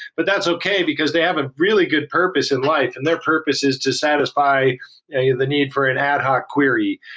but that's okay because they have a really good purpose in life, and their purpose is to satisfy the need for an ad hoc query.